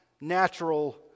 natural